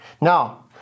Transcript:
Now